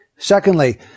secondly